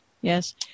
yes